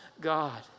God